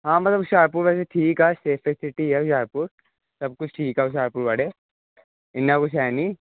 ਹਾਂ ਮਤਲਬ ਹੁਸ਼ਿਆਰਪੁਰ ਮਤਲਬ ਠੀਕ ਆ ਸੇਫੈਸਟ ਸਿਟੀ ਆ ਹੁਸ਼ਿਆਰਪੁਰ ਸਭ ਕੁਛ ਠੀਕ ਆ ਹੁਸ਼ਿਆਰਪੁਰ ਬਾਰੇ ਇੰਨਾ ਕੁਛ ਹੈ ਨਹੀਂ